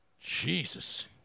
Jesus